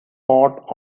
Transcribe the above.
bought